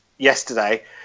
yesterday